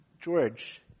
George